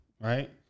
right